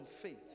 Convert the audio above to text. faith